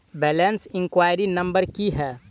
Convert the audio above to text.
Balance enquiry number की है?